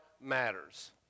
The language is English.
matters